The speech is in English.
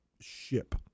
ship